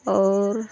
और